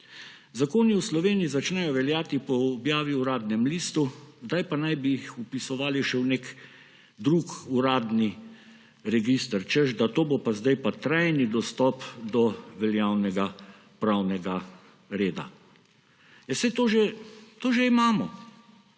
Zakoni v Sloveniji začnejo veljati po objavi v Uradnem listu. Zdaj pa naj bi jih vpisovali še v nek drug uradni register, češ da to bo pa zdaj pa trajni dostop do veljavnega pravnega reda. Ja, saj